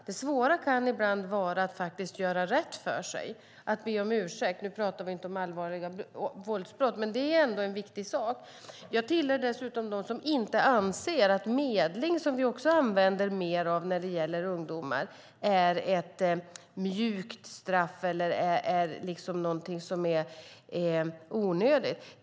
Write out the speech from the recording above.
Det svåra kan ibland vara att göra rätt för sig och att be om ursäkt; nu talar vi inte om allvarliga våldsbrott. Det är en viktig sak. Jag tillhör dessutom dem som inte anser att medling, som vi också använder mer av när det gäller ungdomar, är ett mjukt straff eller någonting onödigt.